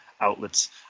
outlets